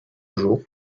jour